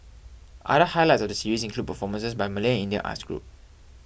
other highlights of the series include performances by Malay and Indian arts groups